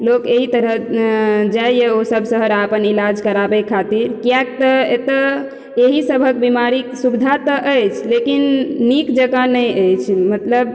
लोक एहि तरह जाइया ओसब शहर अपन इलाज कराबे खातिर किएक तऽ एतए एहि सबहक बिमारीके सुविधा तऽ अछि लेकिन नीक जकाँ नहि अछि मतलब